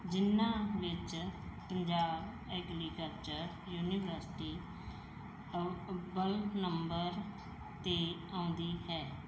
ਜਿਹਨਾਂ ਵਿੱਚ Punjab agriculture university ਅ ਅਵਲ ਨੰਬਰ 'ਤੇ ਆਉਂਦੀ ਹੈ